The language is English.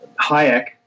Hayek